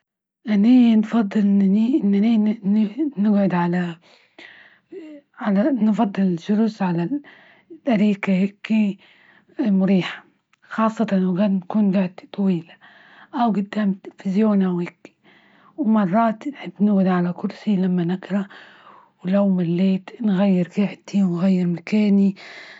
إني نفضل نقعد على على نفضل الجلوس على الأريكة هيكي مريحة خاصة أوجات بيكون وجت طويل، أو جدام تلفزيون ومرات نحب نجعد على كرسي لما نقرأ، ولو مليت نغير جعدتي ونغير مكاني.